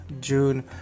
June